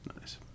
Nice